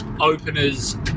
Openers